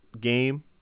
game